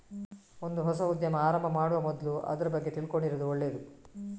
ಒಂದು ಹೊಸ ಉದ್ಯಮ ಆರಂಭ ಮಾಡುವ ಮೊದ್ಲು ಅದ್ರ ಬಗ್ಗೆ ತಿಳ್ಕೊಂಡಿರುದು ಒಳ್ಳೇದು